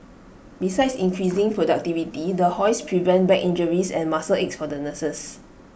besides increasing productivity the hoists prevent back injuries and muscle aches for the nurses